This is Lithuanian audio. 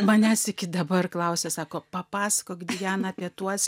manęs iki dabar klausia sako papasakok diana apie tuos